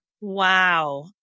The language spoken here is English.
Wow